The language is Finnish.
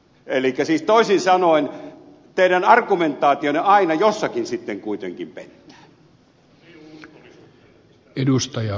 eli siis toisin sanoin teidän argumentaationne aina jossakin sitten kuitenkin pettää